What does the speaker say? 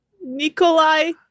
Nikolai